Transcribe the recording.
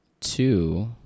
two